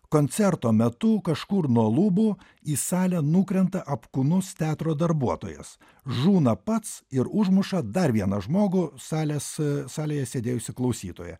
koncerto metu kažkur nuo lubų į salę nukrenta apkūnus teatro darbuotojas žūna pats ir užmuša dar vieną žmogų salės salėje sėdėjusį klausytoją